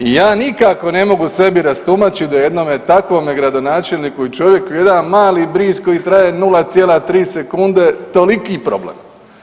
I ja nikako ne mogu sebi rastumačiti da jednome takvome gradonačelniku i čovjeku jedan mali bris koji traje 0,3 sekunde toliki problem.